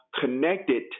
connected